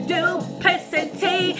Duplicity